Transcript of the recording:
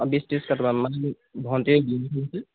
বিছ ত্ৰিছ কাৰ্টুনমান ভণ্টীৰ